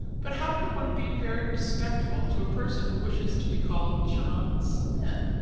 but how can one be very respectful to a person who wishes to be called john smith?